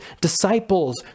disciples